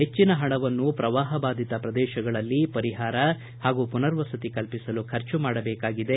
ಹೆಚ್ಚಿನ ಹಣವನ್ನು ಪ್ರವಾಹ ಬಾಧಿತ ಪ್ರದೇಶಗಳಲ್ಲಿ ಪರಿಹಾರ ಹಾಗೂ ಪುನರ್ವಸತಿ ಕಲ್ಪಿಸಲು ಖರ್ಚು ಮಾಡಬೇಕಾಗಿದೆ